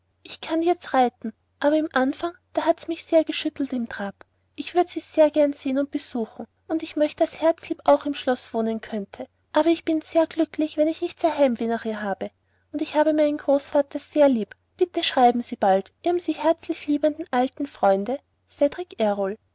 ich kann jets reiten aber im anfang hat es mich ser geschütelt im trab ich würde sie ser gern sehen und besuchen und ich möchte das herzlieb auch im schloß wonen könte aber ich bin sehr glücklich wenn ich nicht ser heimwe nach ir habe und ich habe meinen großvater ser lieb bitte schreiben sie bald ihrem sie herslich liebenden alten freunde